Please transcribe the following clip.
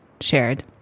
shared